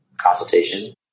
consultation